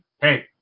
Hey